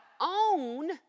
own